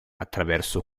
attraverso